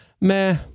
meh